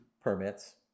permits